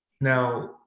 Now